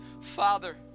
Father